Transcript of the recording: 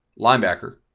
Linebacker